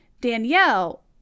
Danielle